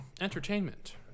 Entertainment